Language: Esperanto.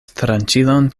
tranĉilon